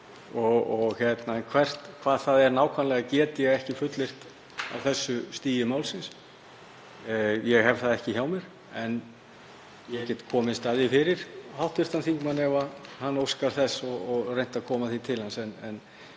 en hvað það er nákvæmlega get ég ekki fullyrt á þessu stigi málsins. Ég hef það ekki hjá mér. En ég get komist að því fyrir hv. þingmann ef hann óskar þess og reynt að koma því til hans.